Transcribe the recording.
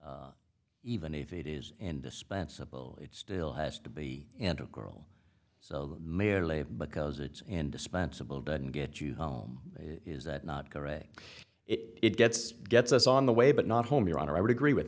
even if it is indispensable it still has to be and girl so merely because it's indispensable doesn't get you home is that not go away it gets gets us on the way but not home your honor i would agree with